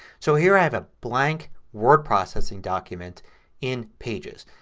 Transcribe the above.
so here i have a blank word processing document in pages.